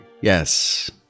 Yes